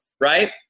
right